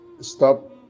stop